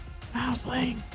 mouseling